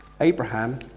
Abraham